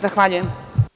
Zahvaljujem.